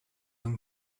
him